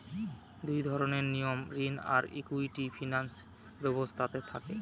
দুই ধরনের নিয়ম ঋণ আর ইকুইটি ফিনান্স ব্যবস্থাতে থাকে